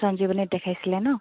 সঞ্জীবনীত দেখাইছিলে ন